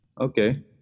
Okay